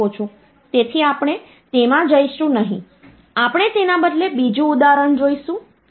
arbitrary કદની સંખ્યાઓ પર ઉમેરણ કરી શકાતું નથી